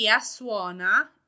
suona